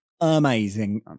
amazing